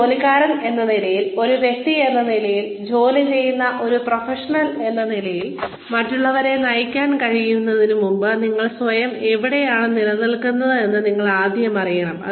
ഒരു ജോലിക്കാരൻ എന്ന നിലയിൽ ഒരു വ്യക്തിയെന്ന നിലയിൽ ജോലി ചെയ്യുന്ന ഒരു പ്രൊഫഷണലെന്ന നിലയിൽ മറ്റുള്ളവരെ നയിക്കാൻ കഴിയുന്നതിന് മുമ്പ് നിങ്ങൾ സ്വയം എവിടെയാണ് നിൽക്കുന്നതെന്ന് നിങ്ങൾ ആദ്യം അറിയണം